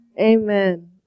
Amen